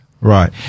Right